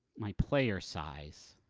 my player size.